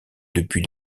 depuis